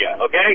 Okay